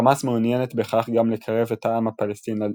חמאס מעוניינת בכך גם לקרב את העם הפלסטיני